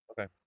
Okay